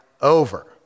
over